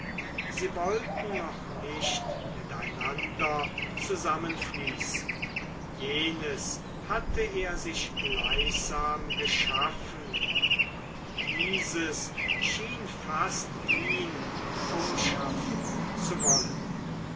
sie wollten noch nicht miteinander zusammenfließen jenes hatte er sich gleichsam geschaffen und dieses schien fast ihn umschaffen zu wollen